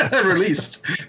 released